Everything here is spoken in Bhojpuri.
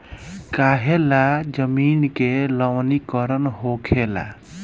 काहें ला जमीन के लवणीकरण होखेला